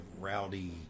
rowdy